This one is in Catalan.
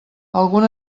algun